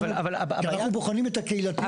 כי אנחנו בוחנים את הקהילתיות.